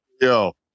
yo